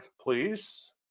please